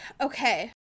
Okay